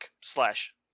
slash